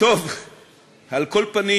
על כל פנים,